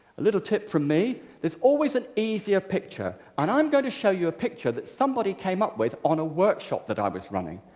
a little tip from me there's always an easier picture. and i'm gonna show you a picture that somebody came up with on a workshop that i was running.